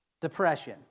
depression